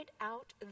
out